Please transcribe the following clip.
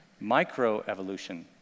Microevolution